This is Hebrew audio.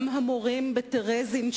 גם המורים בטרזין,